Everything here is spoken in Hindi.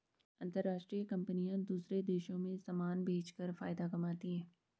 अंतरराष्ट्रीय कंपनियां दूसरे देशों में समान भेजकर फायदा कमाती हैं